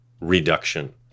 reduction